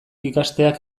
ikasteak